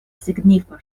signifa